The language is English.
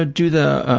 ah do the,